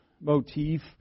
motif